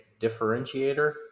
differentiator